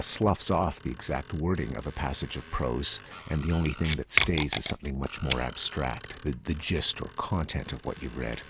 sloughs off the exact wording of a passage of prose and the only thing that stays is something much more abstract the the gist or content of what you're read.